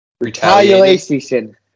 retaliation